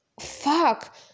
fuck